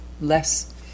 less